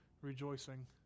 rejoicing